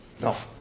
No